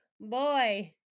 boy